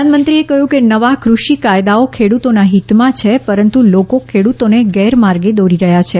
પ્રધાનમંત્રીએ કહ્યું કે નવા કૃષિ કાયદાઓ ખેડૂતોના હિતમાં છે પરંતુ લોકો ખેડુતોને ગેરમાર્ગે દોરી રહ્યા છે